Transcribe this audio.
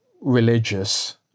religious